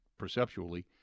perceptually